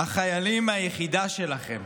החיילים מהיחידה שלכם.